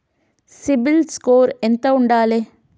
CIBIL score ఎంత ఉండాలే?